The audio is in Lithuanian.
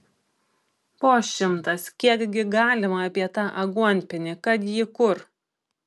po šimtas kiekgi galima apie tą aguonpienį kad jį kur